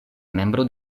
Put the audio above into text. membro